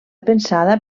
pensada